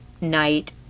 night